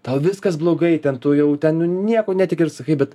tau viskas blogai ten tu jau ten nu niekuo netiki ir sakai bet